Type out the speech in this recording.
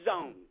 zone